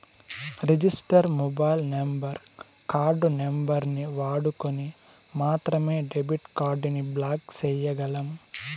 register mobile number, card నంబరుని వాడుకొని మాత్రమే డెబిట్ కార్డుని బ్లాక్ చేయ్యగలం